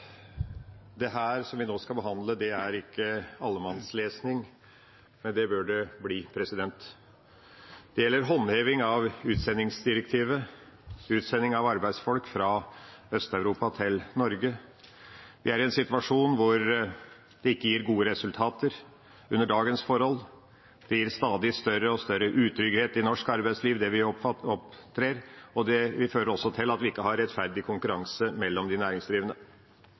Det anses vedtatt. Det som vi nå skal behandle, er ikke allemannslesning, men det bør det bli. Det gjelder håndheving av utsendingsdirektivet, utsending av arbeidsfolk fra Øst-Europa til Norge. Vi er i en situasjon som under dagens forhold ikke gir gode resultater. Det gir stadig større utrygghet i norsk arbeidsliv, slik en opptrer, og det vil også føre til at vi ikke har rettferdig konkurranse mellom de næringsdrivende.